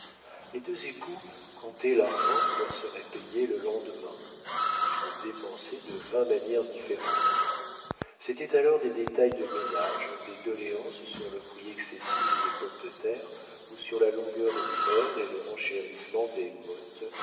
les deux époux comptaient l'argent qui leur serait payé le lendemain ils le dépensaient de vingt manières différentes c'était alors des détails de ménage des doléances sur le prix excessif des pommes de terre ou sur la longueur de l'hiver et le renchérissement des